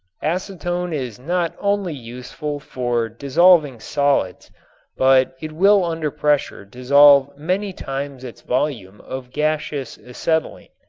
acetone is not only useful for dissolving solids but it will under pressure dissolve many times its volume of gaseous acetylene.